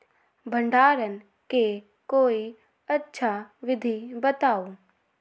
भंडारण के कोई अच्छा विधि बताउ?